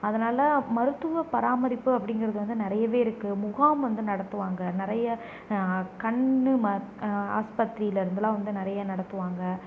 அதனால் மருத்துவ பராமரிப்பு அப்படிங்கிறது வந்து நிறையவே இருக்குது முகாம் வந்து நடத்துவாங்க நிறைய கண் மரு ஆஸ்பத்திரியிலேருந்துலாம் வந்து நிறைய நடத்துவாங்க